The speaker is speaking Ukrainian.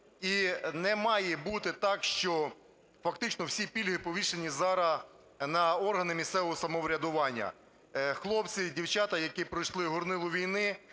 І не має бути так, що фактично всі пільги повішені зараз на органи місцевого самоврядування. Хлопці і дівчата, які пройшли горнило війни,